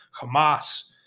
Hamas